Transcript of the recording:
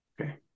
Okay